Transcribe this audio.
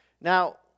Now